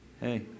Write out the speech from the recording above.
Hey